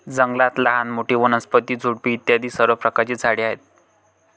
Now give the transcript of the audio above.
जंगलात लहान मोठी, वनस्पती, झुडपे इत्यादी सर्व प्रकारची झाडे आहेत